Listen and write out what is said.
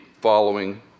following